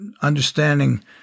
understanding